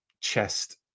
chest